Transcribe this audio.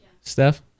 Steph